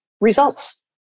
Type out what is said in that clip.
results